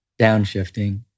downshifting